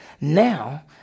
Now